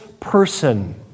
Person